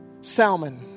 Salmon